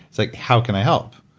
it's like how can i help?